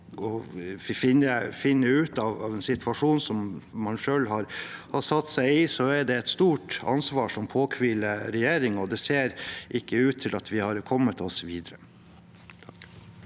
å finne ut av en situasjon som man selv har satt seg i, er det et stort ansvar som påhviler regjeringen. Det ser ikke ut til at vi har kommet oss videre.